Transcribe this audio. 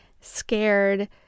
scared